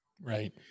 right